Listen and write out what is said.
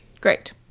Great